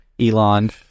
Elon